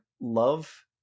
love